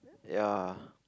ya